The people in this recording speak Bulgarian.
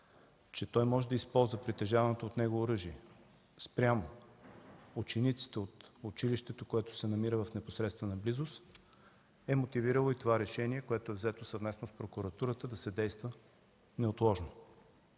че може да използва притежаваното от него оръжие спрямо учениците от училището, което се намира в непосредствена близост, е мотивирано това решение, взето съвместно с прокуратурата – да се действа неотложно.